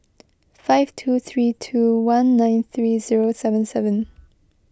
five two three two one nine three zero seven seven